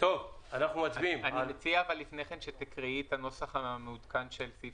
אני מציע שתקריאי את הנוסח המעודכן של סעיף